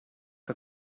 que